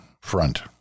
front